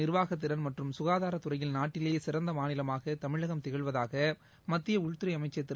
நிர்வாகத்திறள் மற்றும் ககாதாரத்துறையில் நாட்டிலேயே சிறந்த மாநிலமாக தமிழகம் திகழ்வதாக மத்திய உள்துறை அமைச்சர் திரு